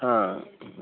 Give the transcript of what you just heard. हां